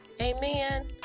Amen